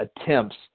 attempts